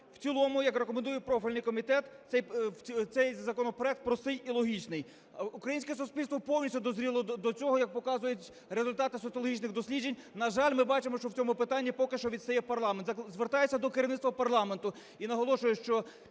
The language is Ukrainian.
в цілому, як рекомендує його профільний комітет. Цей законопроект простий і логічний. Українське суспільство повністю дозріло до цього, як показують результати соціологічних досліджень. На жаль, ми бачимо, що в цьому питанні поки що відстає парламент. Звертаюся до керівництва парламенту і наголошую, що